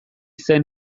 zen